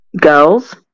girls